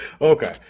okay